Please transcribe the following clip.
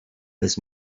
this